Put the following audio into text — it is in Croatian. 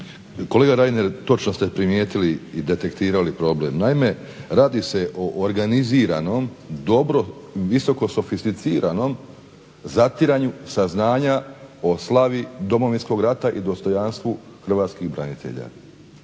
Kolega Reiner točno ste primijetili i detektirali problem. naime, radi se o organiziranom dobro visoko sofisticiranom zatiranju saznanja o slavi Domovinskog rata i dostojanstvu hrvatskih branitelja.